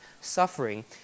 suffering